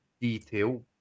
detail